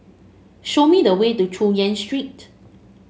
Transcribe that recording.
show me the way to Chu Yen Street